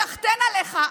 סחתיין עליך.